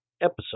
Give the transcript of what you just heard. episode